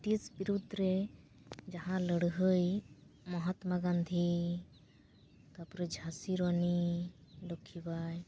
British ᱵᱤᱨᱩᱫᱽ ᱨᱮ ᱡᱟᱦᱟᱸ ᱞᱟᱹᱲᱦᱟᱹᱭ ᱢᱚᱦᱟᱛᱢᱟ ᱜᱟᱱᱫᱷᱤ ᱛᱟᱯᱚᱨᱮ ᱡᱷᱟᱸᱥᱤ ᱨᱟᱱᱤ ᱞᱚᱠᱠᱷᱤᱵᱟᱭ